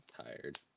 Tired